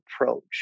approach